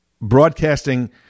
broadcasting